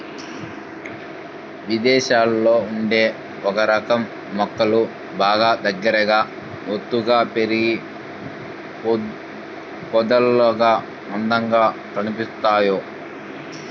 ఇదేశాల్లో ఉండే ఒకరకం మొక్కలు బాగా దగ్గరగా ఒత్తుగా పెరిగి పొదల్లాగా అందంగా కనిపిత్తయ్